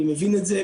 אני מבין את זה.